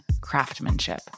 craftsmanship